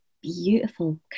beautiful